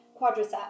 quadriceps